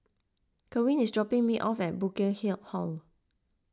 Kerwin is dropping me off at Burkill Hill Hall